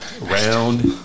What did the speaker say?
Round